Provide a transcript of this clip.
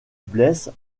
blesse